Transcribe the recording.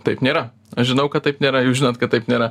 taip nėra aš žinau kad taip nėra jūs žinot kad taip nėra